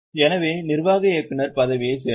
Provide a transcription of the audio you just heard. எனவே நிர்வாக இயக்குநர் பதவியைச் சேர்ந்தவர்